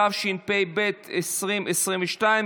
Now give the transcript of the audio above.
התשפ"ב 2021,